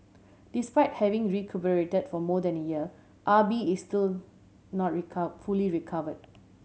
despite having recuperated for more than a year Ah Bi is still not fully recover